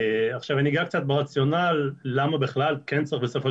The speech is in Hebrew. אני אגע קצת ברציונל למה בכלל כן צריך בסופו